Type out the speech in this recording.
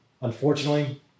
unfortunately